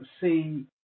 see